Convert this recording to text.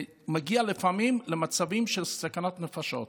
לפעמים זה מגיע למצבים של סכנת נפשות.